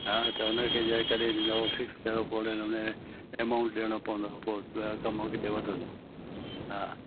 हा त हुन खे ॾेखारे करे पोइ फिक्स कयो ओहिड़े नमूने एमाउंट ॾियणो पवंदव पोइ कमु अॻिते वधंदो हा